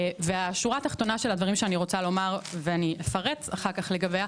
והשורה התחתונה של הדברים שאני רוצה לומר ואפרט אחר כך לגביה,